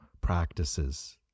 practices